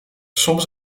soms